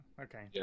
Okay